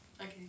Okay